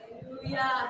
Hallelujah